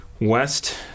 west